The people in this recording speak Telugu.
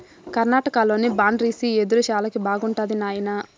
కర్ణాటకలోని బ్రాండిసి యెదురు శాలకి బాగుండాది నాయనా